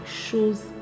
shows